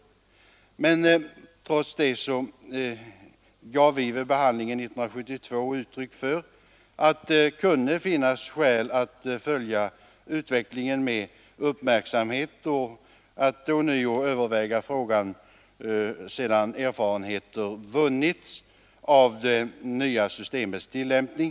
Trots detta gav vi vid behandlingen 1972 uttryck för att det kunde finnas skäl att följa utvecklingen med uppmärksamhet och att ånyo överväga frågan sedan erfarenheter vunnits av det nya systemets tillämpning.